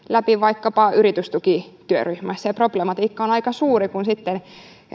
läpi vaikkapa yritystukityöryhmässä ja problematiikka on aika suuri kun sitten